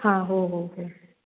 हां हो हो हो